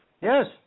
Yes